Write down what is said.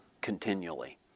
continually